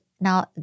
now